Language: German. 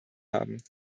haben